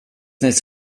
naiz